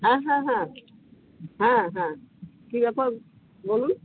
হ্যাঁ হ্যাঁ হ্যাঁ হ্যাঁ হ্যাঁ কী ব্যাপার বলুন